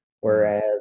whereas